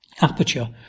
aperture